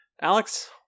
Alex